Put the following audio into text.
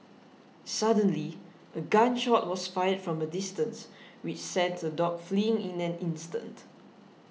suddenly a gun shot was fired from a distance which sent the dogs fleeing in an instant